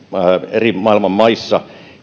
eri maailman maissa